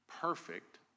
perfect